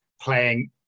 playing